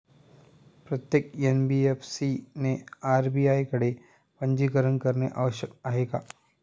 प्रत्येक एन.बी.एफ.सी ने आर.बी.आय कडे पंजीकरण करणे आवश्यक आहे का?